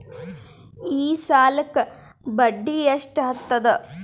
ಈ ಸಾಲಕ್ಕ ಬಡ್ಡಿ ಎಷ್ಟ ಹತ್ತದ?